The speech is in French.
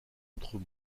autre